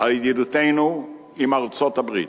על ידידותנו עם ארצות-הברית.